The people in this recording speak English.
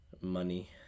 Money